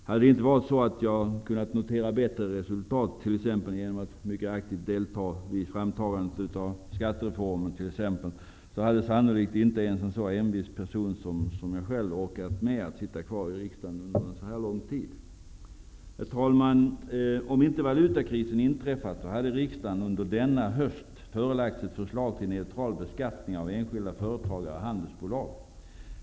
Hade det inte varit så att jag hade kunnat notera bättre resultat, t.ex. genom att mycket aktivt delta i framtagandet av den stora skattereformen, hade sannolikt inte ens en så envis person som jag orkat med att sitta kvar i riksdagen under en så lång tid. Herr talman! Om inte valutakrisen hade inträffat hade riksdagen under denna höst förelagts ett förslag till neutral beskattning av enskilda företagare och handelsbolag.